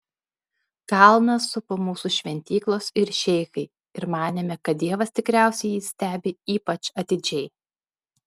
kalną supo mūsų šventyklos ir šeichai ir manėme kad dievas tikriausiai jį stebi ypač atidžiai